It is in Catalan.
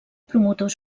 promotor